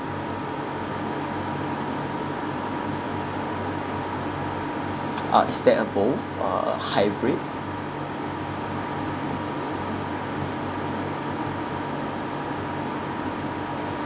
ah is there a both uh hybrid